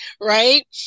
Right